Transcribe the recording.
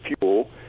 fuel